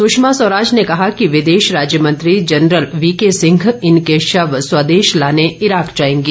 सुषमा स्वराज ने कहा कि विदेश राज्य मंत्री जनरल वीके सिंह इनके शव स्वदेश लाने इराक जायेंगे